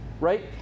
right